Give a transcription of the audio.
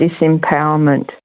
disempowerment